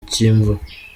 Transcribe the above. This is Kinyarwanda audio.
cy’imvura